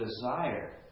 desire